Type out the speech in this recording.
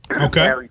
Okay